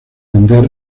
vender